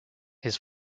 his